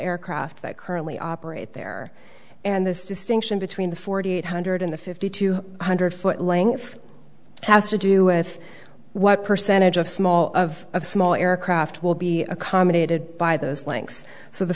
aircraft that currently operate there and this distinction between the forty eight hundred in the fifty two hundred foot length has to do with what percentage of small of small aircraft will be accommodated by those links so the